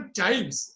times